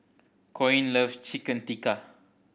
Koen love Chicken Tikka